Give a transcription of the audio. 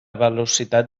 velocitat